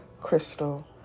crystal